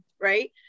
right